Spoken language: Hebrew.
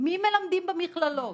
מי מלמד במכללות?